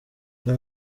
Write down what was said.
aba